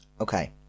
Okay